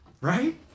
Right